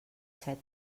set